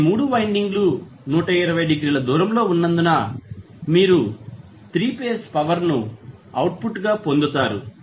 ఈ 3 వైండింగ్లు 120 డిగ్రీల దూరంలో ఉన్నందున మీరు 3 ఫేజ్ పవర్ ను అవుట్పుట్గా పొందుతారు